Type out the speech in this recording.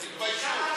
תתביישו.